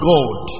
God